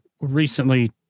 recently